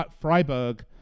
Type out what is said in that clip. Freiburg